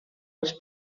els